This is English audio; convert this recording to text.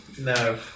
No